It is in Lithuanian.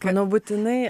manau būtinai